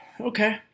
okay